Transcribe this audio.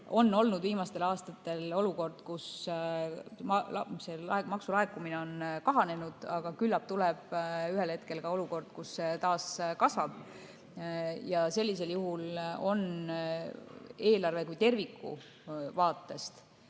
Viimastel aastatel on olnud olukord, kus maksulaekumine on kahanenud, aga küllap tuleb ühel hetkel ka olukord, kus see taas kasvab. Sellisel juhul on eelarve kui terviku vaatest